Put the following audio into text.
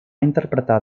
interpretar